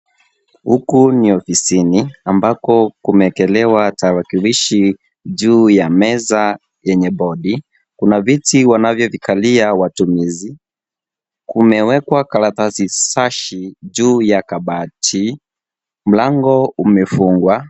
Huku ni ofisini, ambako kumewekelewa tarakilishi juu ya meza yenye bodi. Kuna viti wanavyovikalia watumizi. Kumewekwa karatasi shashi juu ya kabati. Mlango umefungwa.